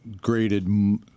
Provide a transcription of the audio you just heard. graded